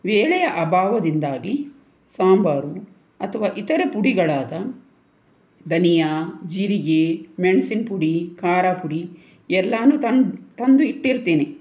ವೇಳೆಯ ಅಭಾವದಿಂದಾಗಿ ಸಾಂಬಾರು ಅಥವಾ ಇತರೆ ಪುಡಿಗಳಾದ ಧನಿಯಾ ಜೀರಿಗೆ ಮೆಣಸಿನಪುಡಿ ಖಾರ ಪುಡಿ ಎಲ್ಲಾನೂ ತಂದ್ ತಂದು ಇಟ್ಟಿರ್ತೀನಿ